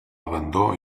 abandó